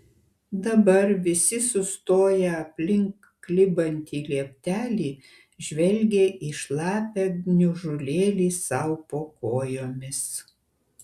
dabar visi sustoję aplink klibantį lieptelį žvelgė į šlapią gniužulėlį sau po kojomis